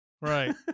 right